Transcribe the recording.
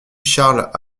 charles